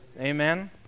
Amen